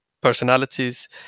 personalities